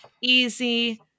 easy